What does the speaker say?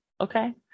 okay